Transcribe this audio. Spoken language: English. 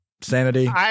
Sanity